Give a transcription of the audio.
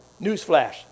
newsflash